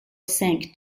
sank